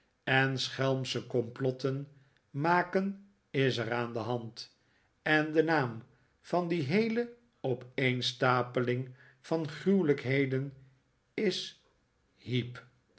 en schelmsche komplotten maken is er aan de hand en de naam van die heele opeenstapeling van gruwelijkheden is heep